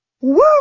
Woo